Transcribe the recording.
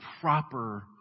proper